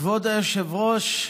כבוד היושב-ראש,